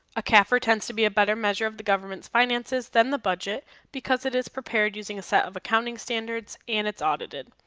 a cafr tends to be a better measure of the government's finances than the budget because it is prepared using a set of accounting standards and it's audited.